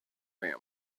family